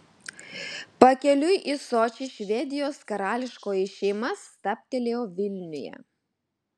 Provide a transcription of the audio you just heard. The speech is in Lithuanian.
pakeliui į sočį švedijos karališkoji šeima stabtelėjo vilniuje